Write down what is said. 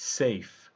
safe